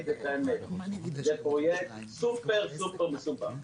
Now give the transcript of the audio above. את האמת: זה פרויקט סופר-סופר מסובך,